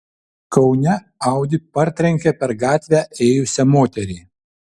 kaune audi partrenkė per gatvę ėjusią moterį